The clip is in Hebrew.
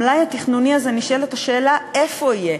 המלאי התכנוני הזה, נשאלת השאלה, איפה יהיה?